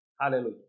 Hallelujah